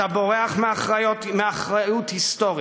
אתה בורח מאחריות היסטורית.